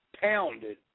pounded